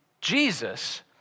Jesus